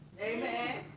Amen